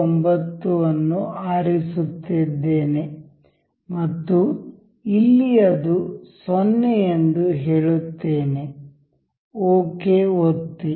49 ಅನ್ನು ಆರಿಸುತ್ತಿದ್ದೇನೆ ಮತ್ತು ಇಲ್ಲಿ ಅದು 0 ಎಂದು ಹೇಳುತ್ತೇನೆ ಓಕೆ ಒತ್ತಿ